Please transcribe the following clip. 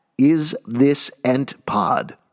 isthisentpod